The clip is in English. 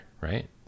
right